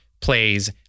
plays